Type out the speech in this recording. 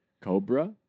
Cobra